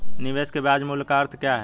निवेश के ब्याज मूल्य का अर्थ क्या है?